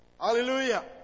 Hallelujah